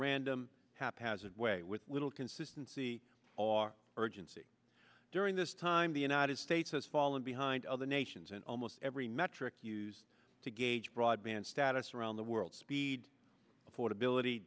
random haphazard way with little consistency or urgency during this time the united states has fallen behind other nations and almost every metric used to gauge broadband status around the world speed affordability